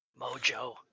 mojo